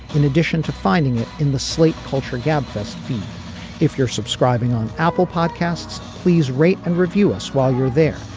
in addition to finding it in the slate culture gabfest feature if you're subscribing on apple podcasts please write and review us while you're there.